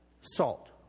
salt